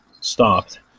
stopped